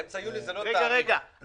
אמצע יולי זה לא תאריך, זה תקופה.